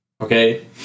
Okay